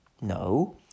No